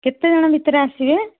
କେତେଜଣ ଭିତରେ ଆସିବେ